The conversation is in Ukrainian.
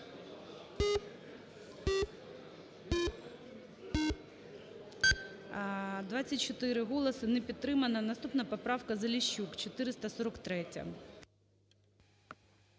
24 голоси, не підтримано. Наступна поправка, Заліщук, 443-я.